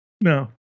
No